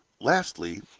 lastly,